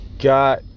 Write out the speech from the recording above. got